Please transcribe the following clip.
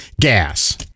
gas